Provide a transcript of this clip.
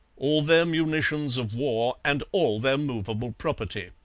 all their munitions of war, and all their movable property.